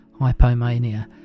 hypomania